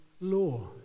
law